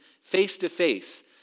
face-to-face